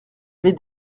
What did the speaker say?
allée